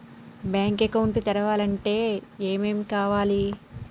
Bank account తెరవాలంటే ఏమేం కావాలి?